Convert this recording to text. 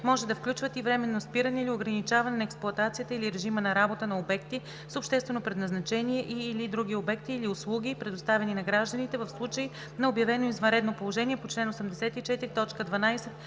може да включват и временно спиране или ограничаване на експлоатацията или режима на работа на обекти с обществено предназначение и/или други обекти или услуги, предоставяни на гражданите в случаи на обявено извънредно положение по чл. 84, т.